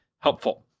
helpful